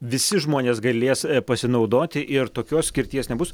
visi žmonės galės pasinaudoti ir tokios skirties nebus